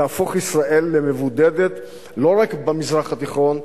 תהפוך ישראל למבודדת לא רק במזרח התיכון,